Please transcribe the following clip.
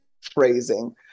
phrasing